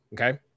okay